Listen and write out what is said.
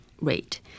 rate